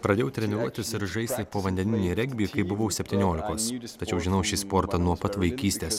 pradėjau treniruotis ir žaisti povandeninį regbį kai buvau septyniolikos tačiau žinau šį sportą nuo pat vaikystės